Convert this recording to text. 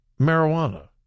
Marijuana